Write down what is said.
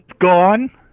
gone